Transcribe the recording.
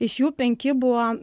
iš jų penki buvo